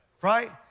right